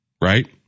Right